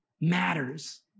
matters